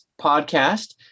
podcast